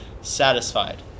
satisfied